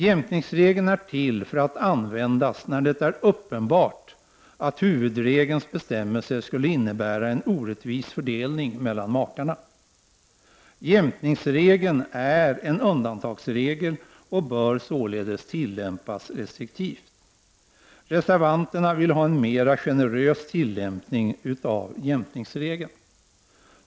Jämkningsregeln är till för att användas när det är uppenbart att huvudregelns bestämmelser skulle innebära en orättvis fördelning mellan makarna. Jämkningsregeln är en undantagsregel och bör således tillämpas restriktivt. Reservanterna vill ha en mera generös tillämpning av jämkningsregeln.